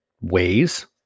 ways